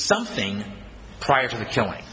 something prior to the killing